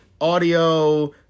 audio